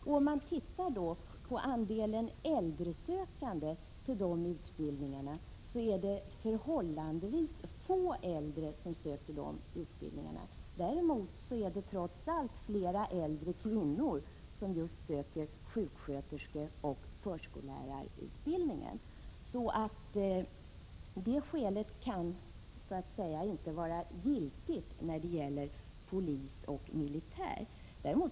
Ser man på andelen äldre som söker sig till dessa utbildningar finner man att denna är förhållandevis liten. Däremot har andelen äldre kvinnor som söker sig till sjuksköterskeoch förskollärarutbildningarna ökat. Det här rekryteringsargumentet kan alltså inte vara giltigt när det gäller polisoch militäryrkena.